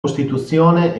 costituzione